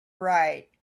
right